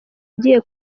agiye